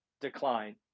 decline